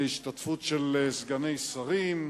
להשתתפות של סגני שרים,